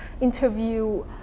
interview